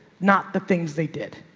not the things they did.